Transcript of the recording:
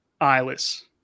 Eyeless